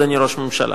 אדוני ראש הממשלה?